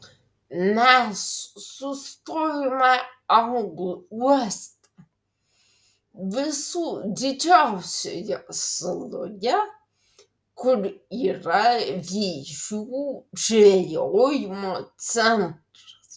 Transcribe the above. mes sustojome anglų uoste visų didžiausioje saloje kur yra vėžių žvejojimo centras